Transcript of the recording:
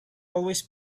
always